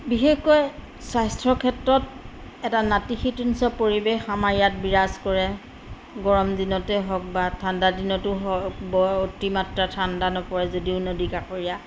বিশেষকৈ স্বাস্থ্যৰ ক্ষেত্ৰত এটা নাতিশীতোষ্ণ পৰিৱেশ আমাৰ ইয়াত বিৰাজ কৰে গৰম দিনতে হওক বা ঠাণ্ডা দিনতো হওক বৰ অতি মাত্ৰা ঠাণ্ডা নপৰে যদিও নদী কাষৰীয়া